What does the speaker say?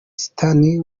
stanley